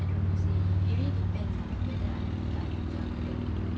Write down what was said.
I don't know seh it really depends ah whether I have time to jaga them or not